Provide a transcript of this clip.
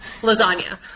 lasagna